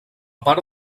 part